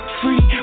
free